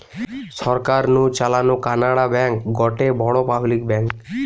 সরকার নু চালানো Canara bank গটে বড় পাবলিক ব্যাঙ্ক